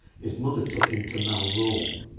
his mother took him to malrome,